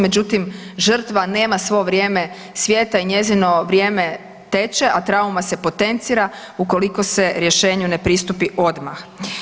Međutim, žrtva nema svo vrijeme svijeta i njezino vrijeme teče, a trauma se potencira ukoliko se rješenju ne pristupi odmah.